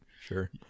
sure